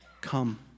Come